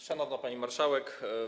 Szanowna Pani Marszałek!